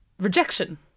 rejection